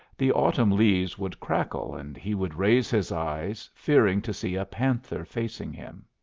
the autumn leaves would crackle and he would raise his eyes fearing to see a panther facing him.